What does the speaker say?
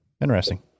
Interesting